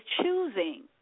choosing